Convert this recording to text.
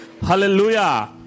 Hallelujah